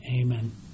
Amen